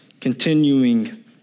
continuing